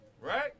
Right